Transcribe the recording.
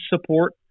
support